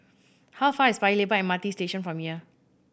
how far is Paya Lebar M R T Station from here